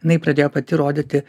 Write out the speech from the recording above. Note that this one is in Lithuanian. jinai pradėjo pati rodyti